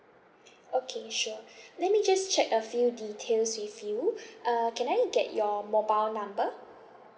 okay sure let me just check a few details with you uh can I get your mobile number